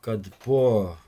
kad po